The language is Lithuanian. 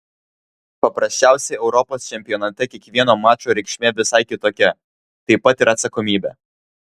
paprasčiausiai europos čempionate kiekvieno mačo reikšmė visai kitokia taip pat ir atsakomybė